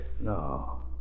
No